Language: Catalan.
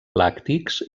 làctics